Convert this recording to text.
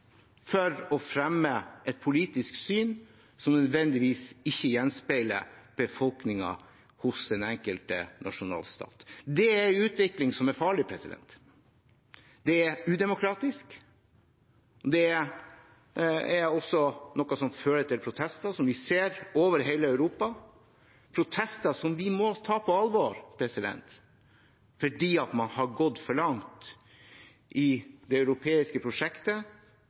for å fremme et politisk syn som ikke nødvendigvis gjenspeiler befolkningen i den enkelte nasjonalstat. Det er en utvikling som er farlig. Det er udemokratisk. Det er noe som fører til protester, som vi ser over hele Europa. Dette er protester vi må ta på alvor. Man har gått for langt i det europeiske prosjektet;